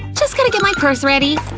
just gotta get my purse ready.